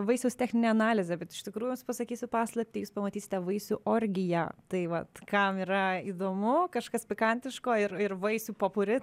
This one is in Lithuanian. vaisiaus techninė analizė bet iš tikrųjų jums pasakysiu paslaptį jūs pamatysite vaisių orgiją tai vat kam yra įdomu kažkas pikantiško ir ir vaisių popuri